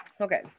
Okay